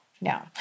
no